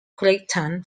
creighton